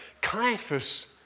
Caiaphas